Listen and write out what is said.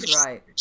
right